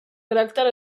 caràcter